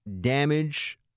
damage